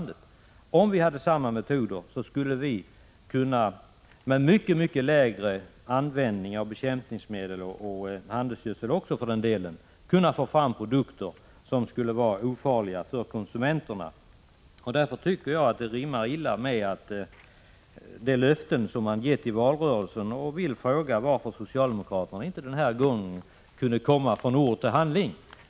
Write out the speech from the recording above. Om vi hade samma metoder, skulle vi med mycket lägre användning av bekämpningsmedel, och för den delen också av handelsgödsel, kunna få fram produkter som skulle vara ofarliga för konsumenterna. Därför tycker jag att det rimmar illa med tanke på de löften som man gett i valrörelsen, och jag frågar varför socialdemokraterna den här gången inte kan gå från ord till handling.